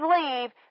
leave